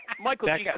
Michael